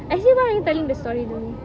actually why are you telling the story to me